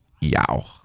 yow